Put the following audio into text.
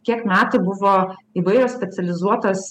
kiek metų buvo įvairios specializuotos